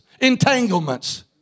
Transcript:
entanglements